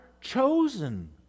chosen